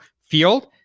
field